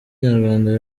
nyarwanda